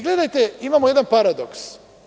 Gledajte, imamo jedan paradoks.